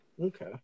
Okay